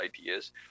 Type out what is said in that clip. ideas